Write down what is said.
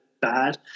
bad